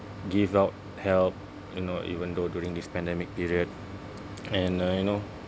give out help you know even though during this pandemic period and uh you know